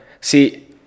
see